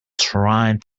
trying